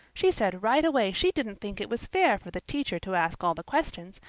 she said right away she didn't think it was fair for the teacher to ask all the questions,